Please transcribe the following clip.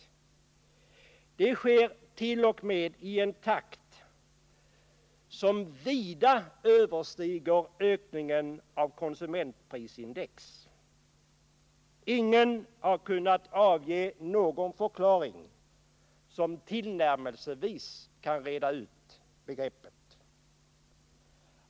Den sker i en takt som t.o.m. vida överstiger ökningen av konsumentprisindex. Ingen har kunnat avge någon förklaring som tillnärmelsevis kan reda ut begreppen.